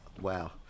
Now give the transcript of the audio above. wow